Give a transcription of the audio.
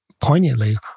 poignantly